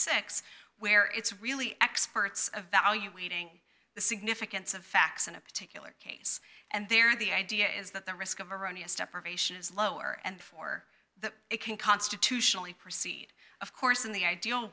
dollars where it's really experts evaluating the significance of facts in a particular case and they're the idea is that the risk of erroneous deprivation is lower and for that it can constitutionally proceed of course in the ideal